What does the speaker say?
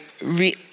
re-